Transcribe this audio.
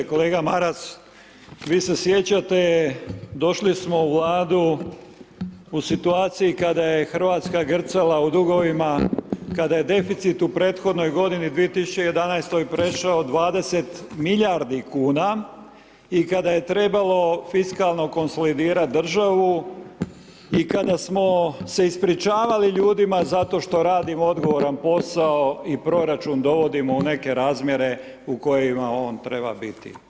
Kolega Maras, vi se sjećate, došli smo u Vladu u situaciji kada je RH grcala u dugovima, kada je deficit u prethodnoj godini 2011.-oj prešao 20 milijardi kuna i kada je trebalo fiskalno konsolidirati državu i kada smo se ispričavali ljudima zato što radimo odgovoran posao i proračun dovodimo u neke razmjere u kojima on treba biti.